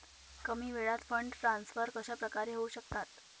कमी वेळात fund transfer कशाप्रकारे होऊ शकतात?